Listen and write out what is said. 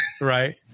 Right